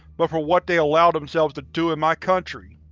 but for what they allow themselves to do in my country!